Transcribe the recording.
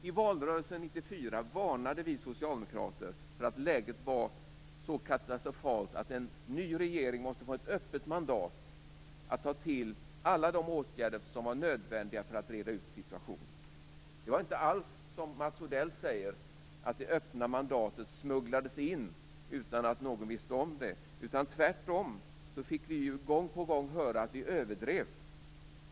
I valrörelsen 1994 varnade vi socialdemokrater för att läget var så katastrofalt att en ny regering måste få ett öppet mandat när det gällde att ta till alla de åtgärder som var nödvändiga för att reda ut situationen. Det var inte alls så, som Mats Odell säger, att det öppna mandatet smugglades in utan att någon visste om det. Tvärtom fick vi gång på gång höra att vi överdrev.